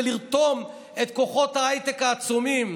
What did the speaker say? ולרתום את כוחות ההייטק העצומים.